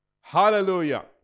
Hallelujah